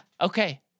Okay